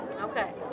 Okay